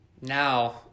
now